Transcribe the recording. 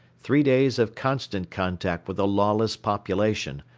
three days of constant contact with a lawless population,